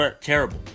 terrible